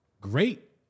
great